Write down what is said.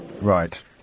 Right